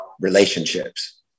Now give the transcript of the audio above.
relationships